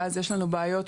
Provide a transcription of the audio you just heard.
ואז יש לנו בעיות,